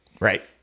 Right